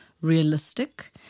realistic